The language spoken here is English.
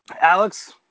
Alex